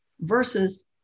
versus